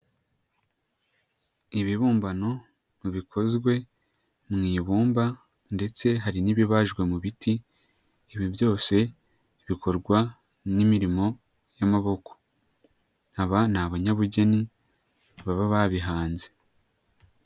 Ibibumbano bikozwe mu ibumba ndetse hari n'ibibajwe mu biti, ibi byose bikorwa n'imirimo y'amaboko aba ni abanyabugeni baba babihanze.